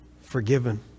forgiven